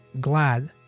glad